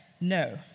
No